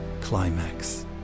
climax